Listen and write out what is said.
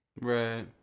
right